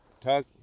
talk